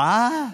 מה?